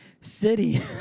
City